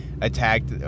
attacked